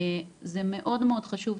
זה מאוד מאוד חשוב.